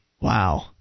Wow